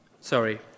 sorry